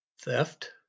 theft